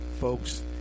folks